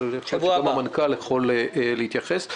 אבל אולי המנכ"ל יוכל להתייחס.